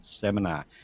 seminar